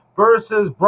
versus